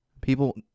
People